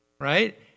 right